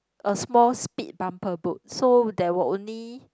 a small speed bumper boat so that were only